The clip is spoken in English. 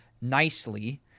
nicely